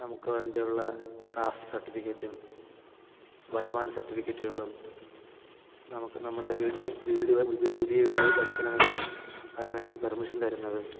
നമുക്കു വേണ്ടിയുള്ള കാസ്റ്റ് സർട്ടിഫിക്കറ്റും വരുമാന സർട്ടിഫിക്കറ്റുകളും നമുക്ക് നമ്മുടെ വീടിന് വീട് വെ പു പുതിയ വീട് വെക്കണമെങ്കിൽ അതിനു വേണ്ടി പെർമിഷൻ തരുന്നതും